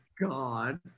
God